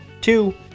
Two